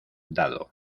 dado